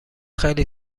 خیلی